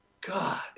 God